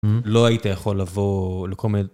לא היית יכול לבוא לכל מני...